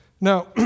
Now